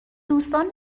دوستان